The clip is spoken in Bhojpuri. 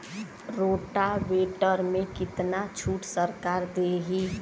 रोटावेटर में कितना छूट सरकार देही?